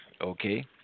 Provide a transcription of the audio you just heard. Okay